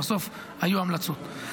בסוף היו המלצות.